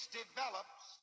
develops